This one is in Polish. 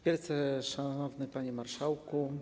Wielce Szanowny Panie Marszałku!